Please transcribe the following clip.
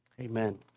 amen